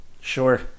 Sure